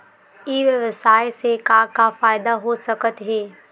ई व्यवसाय से का का फ़ायदा हो सकत हे?